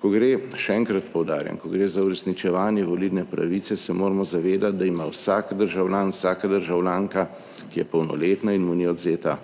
Ko gre - še enkrat poudarjam - za uresničevanje volilne pravice, se moramo zavedati, da ima vsak državljan, vsaka državljanka, ki je polnoletna in mu ni odvzeta